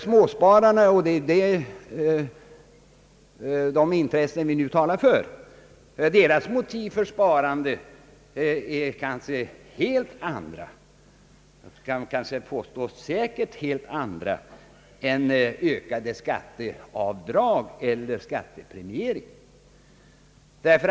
Småspararnas — det är ju deras intressen vi nu talar för — motiv för sparandet är kanske, ja jag vågar säga säkert, helt andra än ökade skatteavdrag eller skattepremiering.